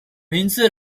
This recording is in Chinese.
名字